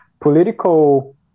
political